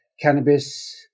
cannabis